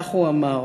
כך הוא אמר: